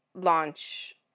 launch